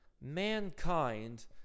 mankind